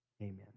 amen